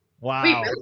wow